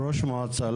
ראש מועצה.